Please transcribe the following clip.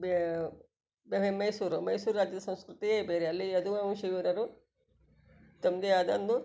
ಬೇ ಬೇರೆ ಮೈಸೂರು ಮೈಸೂರು ರಾಜ್ಯದ ಸಂಸ್ಕೃತಿಯೇ ಬೇರೆ ಅಲ್ಲಿ ಯದುವಂಶಿ ವೀರರು ತಮ್ಮದೇ ಆದ ಒಂದು